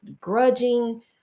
grudging